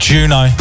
Juno